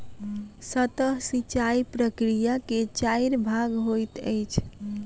सतह सिचाई प्रकिया के चाइर भाग होइत अछि